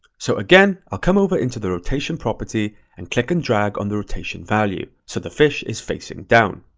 so again, i'll come over into the rotation property and click and drag on the rotation value, so the fish is facing down.